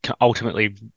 ultimately